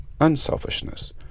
unselfishness